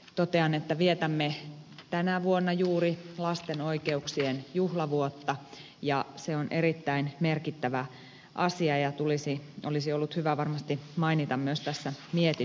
totean että vietämme tänä vuonna juuri lastenoikeuksien juhlavuotta ja se on erittäin merkittävä asia ja olisi ollut hyvä varmasti mainita myös tässä mietinnössä